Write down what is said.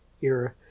era